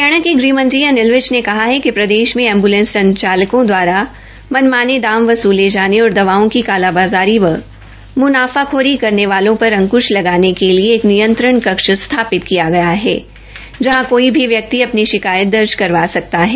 हरियाणा के गुह मंत्री अनिल विज ने कहा है कि प्रदेष में एंबलेंस संचालकों द्वारा मनमाने दाम वसूले जाने और दवाओं की कालाबाजारी व मुनाफाखोरी करने वालों पर अंकुष लगाने के लिए एक नियत्रण कक्ष स्थापित किया गया है जहां कोई भी व्यक्ति अपनी षिकायत दर्ज करवा सकता है